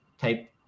type